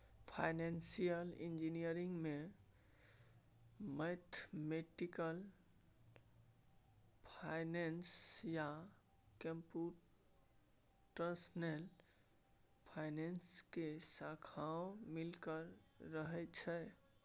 financial engineering में mathematical finance आ computational finance के शाखाओं मिलल रहइ छइ